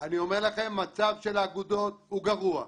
אומר לכם, המצב של האגודות הוא גרוע.